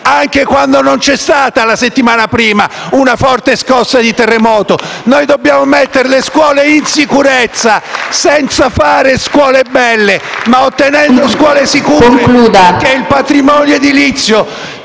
anche quando non c'è stata la settimana prima una forte scossa di terremoto. *(Applausi dal Gruppo M5S).* Noi dobbiamo mettere le scuole in sicurezza, senza fare scuole belle, ma ottenendo scuole sicure, perché il patrimonio edilizio